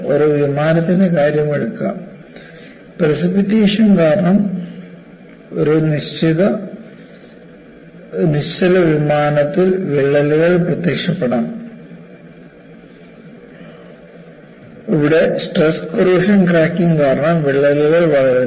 ഒരു വിമാനത്തിൻറെ കാര്യം എടുക്കുക പ്രസിപ്പിറ്റേഷൻ കാരണം ഒരു നിശ്ചല വിമാനത്തിൽ വിള്ളലുകൾ പ്രത്യക്ഷപ്പെടാം ഇവിടെ സ്ട്രെസ് കോറോഷൻ ക്രാക്കിംഗ് കാരണം വിള്ളൽ വളരുന്നു